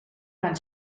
van